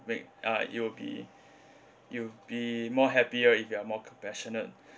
be uh you will be you will be more happier if you are more compassionate